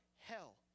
hell